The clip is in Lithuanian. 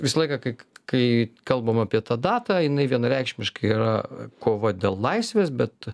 visą laiką kai kai kalbam apie tą datą jinai vienareikšmiškai yra kova dėl laisvės bet